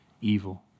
evil